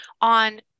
on